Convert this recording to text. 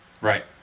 Right